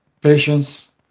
patience